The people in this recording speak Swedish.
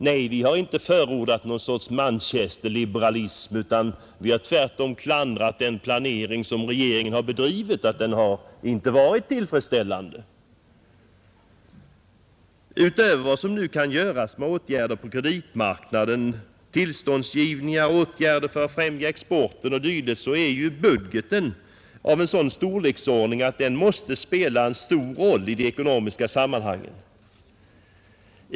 Nej, vi har inte förordat någon sorts manchesterliberalism, utan vi har tvärtom klandrat regeringen för att den planering den har bedrivit inte har varit tillfredsställande. Utöver vad som nu kan göras genom åtgärder på kreditmarknaden, tillståndsgivningar, åtgärder för att främja exporten o.d. kommer åtgärder på budgetsidan. Budgeten har nu en sådan storlek att den måste spela en stor roll i de ekonomiska sammanhangen.